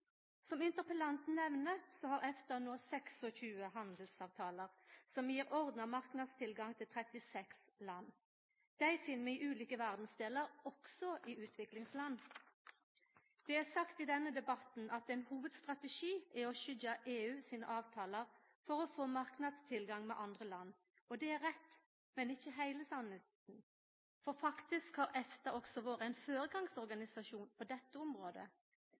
Som interpellanten nemner, har EFTA no 26 frihandelsavtalar som gjev ordna marknadstilgang til 36 land. Dei finn vi i ulike verdsdelar, også i utviklingsland. Det er sagt i denne debatten at ein hovudstrategi er å skyggja EU sine avtalar for å få marknadstilgang med andre land. Det er rett, men ikkje heile sanninga, for EFTA har faktisk også vore ein føregangsorganisasjon på dette området.